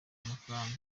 amafaranga